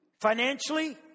financially